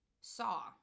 Saw